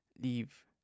Leave